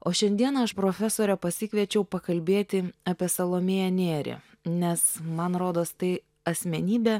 o šiandieną aš profesorę pasikviečiau pakalbėti apie salomėją nėrį nes man rodos tai asmenybė